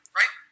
right